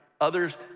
others